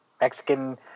Mexican